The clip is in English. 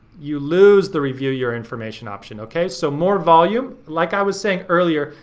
you lose the review your information option. okay, so more volume, like i was saying earlier,